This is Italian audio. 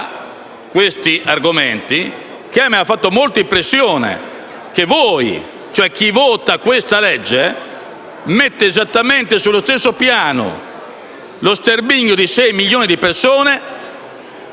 questi argomenti - dico che mi fa molta impressione sapere che chi vota questa legge mette esattamente sullo stesso piano lo sterminio di 6 milioni di persone